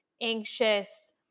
anxious